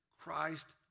Christ